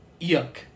Yuck